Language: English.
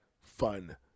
fun